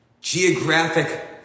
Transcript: geographic